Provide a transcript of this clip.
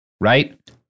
right